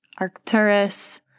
Arcturus